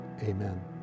Amen